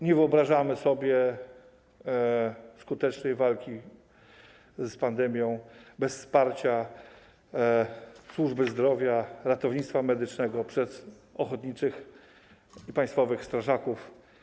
Nie wyobrażamy sobie skutecznej walki z pandemią bez wsparcia służby zdrowia, ratownictwa medycznego przez ochotniczych i państwowych strażaków.